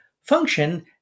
function